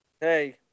Hey